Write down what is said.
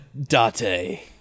Date